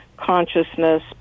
consciousness